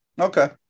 Okay